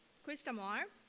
christa maher,